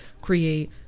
create